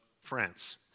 France